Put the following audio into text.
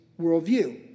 worldview